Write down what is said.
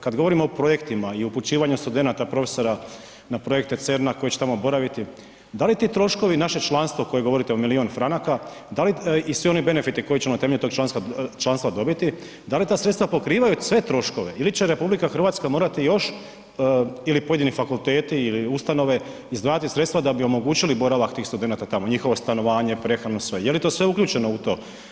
Kad govorimo o projektima i upućivanju studenata, profesora na projekte CERN-a koji će tamo boraviti da li ti troškovi, naše članstvo koje govorite o milion franaka, da li i sve one benefite koje ćemo temeljem tog članstva dobiti, da li ta sredstva pokrivaju sve troškove ili će RH morati još, ili pojedini fakulteti ili ustanove izdvajati sredstva da bi omogućili boravak tih studenata tamo, njihovo stanovanje, prehranu, sve, je li sve uključeno u to?